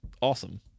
awesome